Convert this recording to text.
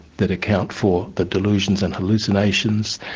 that account for the delusions and hallucinations,